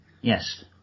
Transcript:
Yes